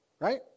Right